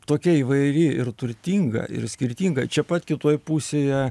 tokia įvairi ir turtinga ir skirtinga čia pat kitoj pusėje